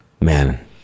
man